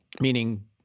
meaning